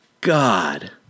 God